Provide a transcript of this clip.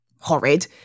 horrid